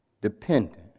dependent